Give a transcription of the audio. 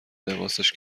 لباسش